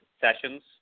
sessions